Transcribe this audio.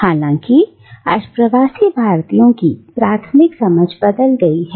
हालांकि आज प्रवासी भारतीयों की प्राथमिक समझ बदल गई है